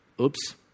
Oops